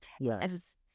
Yes